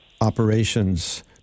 operations